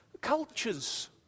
cultures